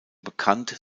bekannt